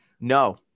No